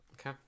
Okay